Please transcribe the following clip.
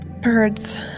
Birds